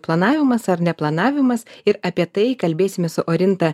planavimas ar neplanavimas ir apie tai kalbėsimės su orinta